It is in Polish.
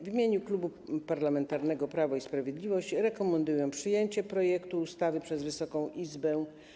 W imieniu Klubu Parlamentarnego Prawo i Sprawiedliwość rekomenduję przyjęcie projektu ustawy przez Wysoką Izbę.